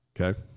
Okay